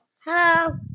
Hello